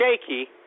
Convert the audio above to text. shaky